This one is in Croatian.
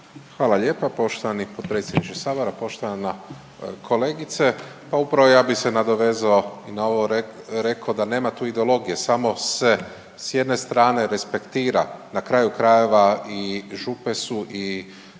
Hvala lijepa. Poštovani potpredsjedniče sabora, poštovana kolegice, pa upravo ja bi se nadovezao i na ovo, rekao da nema tu ideologije samo se s jedne strane respektira, na kraju krajeva i župe su i